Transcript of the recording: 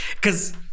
cause